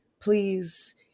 Please